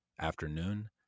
afternoon